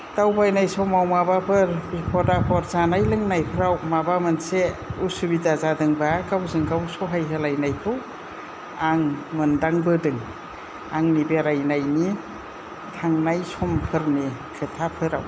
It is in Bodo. दावबायनाय समाव माबाफोर बिफद आफद जानाय लोंनायफ्राव माबा मोनसे उसुबिदा जादोंब्ला गावजों गाव सहाय होलायनायखौ आं मोन्दांबोदों आंनि बेरायनायनि थांनाय समफोरनि खोथाफोराव